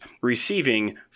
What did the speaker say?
Receiving